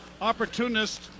opportunists